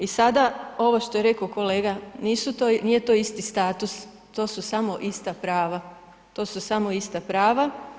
I sada ovo što je rekao kolega, nisu to, nije to isti status, to su samo ista prava, to su samo ista prava.